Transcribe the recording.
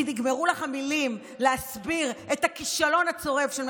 כי נגמרו לך המילים להסביר את הכישלון הצורב של ממשלה,